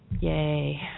Yay